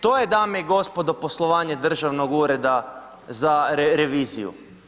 To je, dame i gospodo, poslovanje Državnog ureda za reviziju.